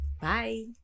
bye